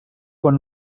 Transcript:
quan